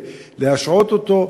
להשעות אותו,